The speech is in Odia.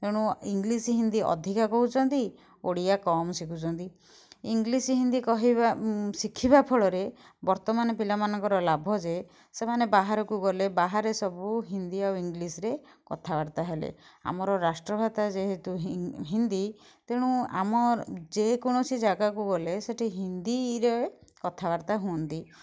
ତେଣୁ ଇଂଲିଶ୍ ହିନ୍ଦୀ ଅଧିକା କହୁଛନ୍ତି ଓଡ଼ିଆ କମ୍ ଶିଖୁଛନ୍ତି ଇଂଲିଶ୍ ହିନ୍ଦୀ କହିବା ଶିଖିବା ଫଳରେ ବର୍ତ୍ତମାନ ପିଲାମାନଙ୍କର ଲାଭ ଯେ ସେମାନେ ବାହାରକୁ ଗଲେ ବାହାରେ ସବୁ ହିନ୍ଦୀ ଆଉ ଇଂଲିଶ୍ରେ କଥାବାର୍ତ୍ତା ହେଲେ ଆମର ରାଷ୍ଟ୍ର ଭାଷା ଯେହେତୁ ହିନ୍ଦୀ ତେଣୁ ଆମର ଯେକୌଣସି ଜାଗାକୁ ଗଲେ ସେଠି ହିନ୍ଦୀରେ କଥାବାର୍ତ୍ତା ହୁଅନ୍ତି